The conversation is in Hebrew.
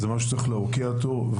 זה משהו שצריך להוקיע אותו.